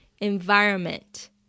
environment